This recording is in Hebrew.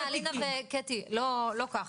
לא, אלינה וקטי, לא ככה.